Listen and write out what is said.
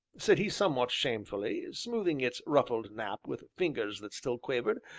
said he somewhat shamefacedly, smoothing its ruffled nap with fingers that still quivered,